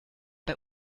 bei